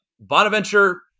Bonaventure